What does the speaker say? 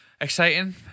Exciting